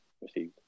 received